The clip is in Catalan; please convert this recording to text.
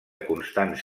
constants